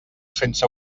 sense